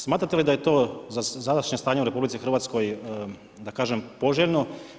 Smatrate li da je to za sadašnje stanje u RH da kažem poželjno?